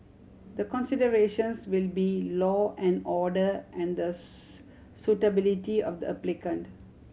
the considerations will be law and order and the suitability of the applicant